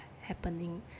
happening